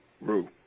Rue